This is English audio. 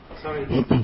Sorry